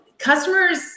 Customers